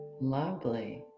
Lovely